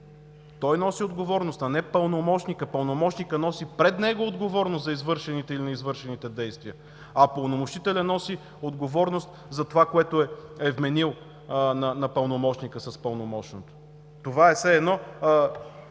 Той носи отговорност, а не пълномощникът! Пълномощникът носи отговорност пред него за извършените и неизвършените действия, а упълномощителят носи отговорност за това, което е вменил на пълномощника с пълномощното. Аз дадох